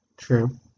True